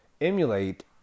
emulate